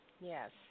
Yes